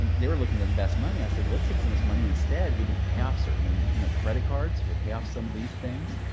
and they were looking to invest money. i was like, let's take someone's money instead. we can pay off certain you know credit cards. we'll pay off some of these things.